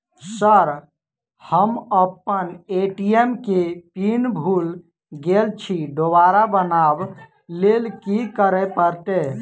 Sir हम अप्पन ATM केँ पिन भूल गेल छी दोबारा बनाब लैल की करऽ परतै?